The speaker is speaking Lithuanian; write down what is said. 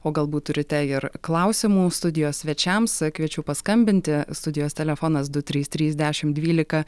o galbūt turite ir klausimų studijos svečiams kviečiu paskambinti studijos telefonas du trys trys dešim dvylika